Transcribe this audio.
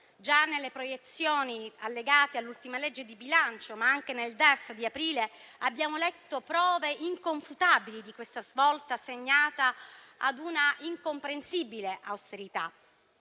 Già nelle proiezioni allegate all'ultima legge di bilancio, ma anche nel DEF di aprile, abbiamo letto prove inconfutabili di questa svolta segnata da un'incomprensibile austerità: